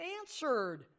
answered